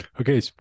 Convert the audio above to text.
Okay